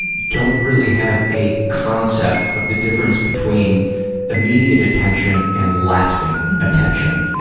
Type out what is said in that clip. don't really have a concept of the difference between immediate attention and lasting attention.